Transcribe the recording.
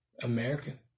American